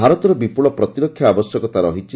ଭାରତର ବିପୁଳ ପତ୍ରିରକ୍ଷା ଆବଶ୍ୟକତା ରହିଛି